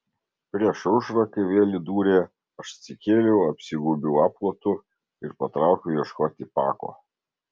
prieš aušrą kai vėl įdūrė aš atsikėliau apsigaubiau apklotu ir patraukiau ieškoti pako